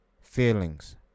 feelings